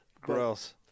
Gross